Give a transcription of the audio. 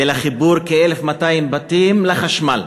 זה לחיבור כ-1,200 בתים לחשמל.